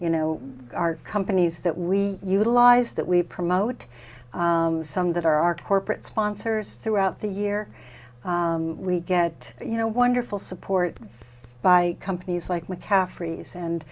you know our companies that we utilize that we promote some that are our corporate sponsors throughout the year we get you know wonderful support by companies like mccaffrey